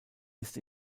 ist